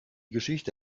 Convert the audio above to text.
geschichte